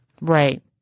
Right